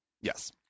yes